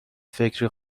فکر